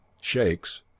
shakes